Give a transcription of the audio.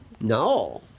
No